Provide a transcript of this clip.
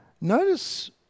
Notice